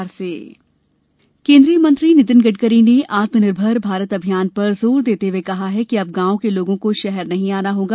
आत्मनिर्मर भारत अभियान केन्द्रीय मंत्री नितिन गडकरी ने आत्मनिर्भर भारत अभियान पर जोर देते हुए कहा कि अब गांव के लोगों को शहर नहीं आना होगा